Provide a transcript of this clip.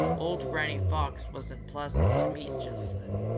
old granny fox wasn't pleasant to meet just then,